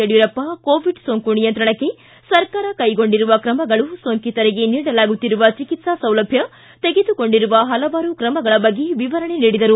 Yediyurappa Covid ಸೋಂಕು ನಿಯಂತ್ರಣಕ್ಕೆ ಸರ್ಕಾರ ಕೈಗೊಂಡಿರುವ ಕ್ರಮಗಳು ಸೋಂಕಿತರಿಗೆ ನೀಡಲಾಗುತ್ತಿರುವ ಚಿಕಿತ್ಸಾ ಸೌಲಭ್ಯ ತೆಗೆದುಕೊಂಡಿರುವ ಪಲವಾರು ಕ್ರಮಗಳ ಬಗ್ಗೆ ವಿವರಣೆ ನೀಡಿದರು